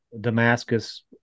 Damascus